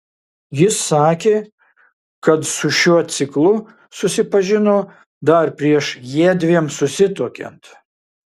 jis sakė kad su šiuo ciklu susipažino dar prieš jiedviem susituokiant